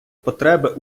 потреби